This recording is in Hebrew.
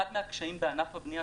אחד מהקשיים בענף הבנייה,